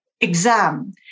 exam